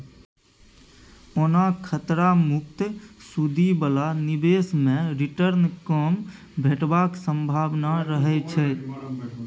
ओना खतरा मुक्त सुदि बला निबेश मे रिटर्न कम भेटबाक संभाबना रहय छै